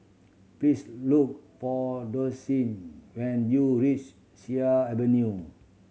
please look for Dossie when you reach Sea Avenue